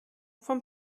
vom